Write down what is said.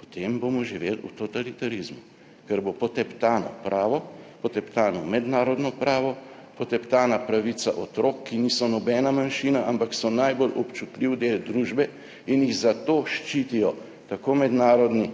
potem bomo živeli v totalitarizmu, ker bo poteptano pravo, poteptano mednarodno pravo, poteptana pravica otrok, ki niso nobena manjšina, ampak so najbolj občutljivi 37. TRAK: (AJ) 13.00 (nadaljevanje) del družbe, in jih zato ščitijo tako mednarodni